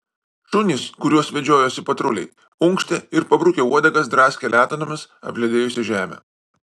šunys kuriuos vedžiojosi patruliai unkštė ir pabrukę uodegas draskė letenomis apledėjusią žemę